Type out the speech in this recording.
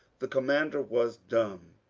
the commander was dumb.